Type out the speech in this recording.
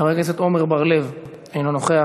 חבר הכנסת עמר בר-לב, אינו נוכח.